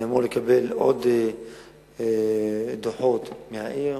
אני אמור לקבל עוד דוחות מהעיר,